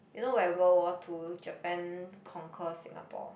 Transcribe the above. you know when War World Two Japan conquer Singapore